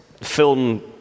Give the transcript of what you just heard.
film